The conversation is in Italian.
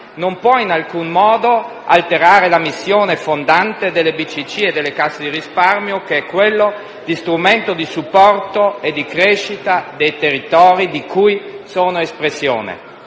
non può in alcun modo alterare la missione fondante delle banche di credito cooperativo e delle casse di risparmio, che è quella di strumento di supporto e crescita dei territori di cui sono espressione.